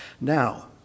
Now